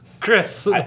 Chris